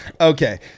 Okay